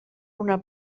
una